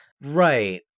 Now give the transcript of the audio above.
Right